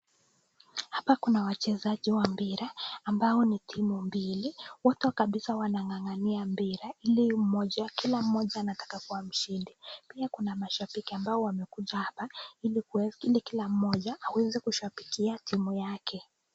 Hapa kuna wachezaji wa mpira ambao ni timu mbili, wako kabisa wanang'ang'ania mpira, kila mmoja anataka kuwa mshindi. Pia kuna mashabiki ambao wamekuja hapa ili kila mmoja aweze kushabikia timu yake.